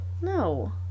No